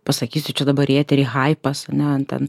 pasakysi čia dabar į eterį haipas ane an ten